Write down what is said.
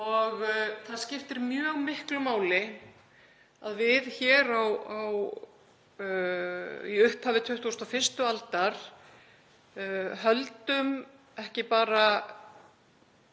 Það skiptir mjög miklu máli að við hér í upphafi 21. aldar höldum ekki bara